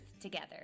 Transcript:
together